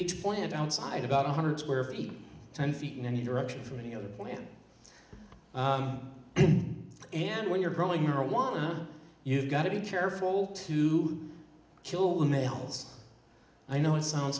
each plant outside about one hundred square feet ten feet in any direction from any other plant and when you're growing marijuana you've got to be careful to kill the males i know it sounds